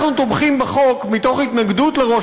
אנחנו תומכים בחוק מתוך התנגדות לראש